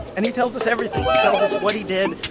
and he tells us everything. he tells us what he did,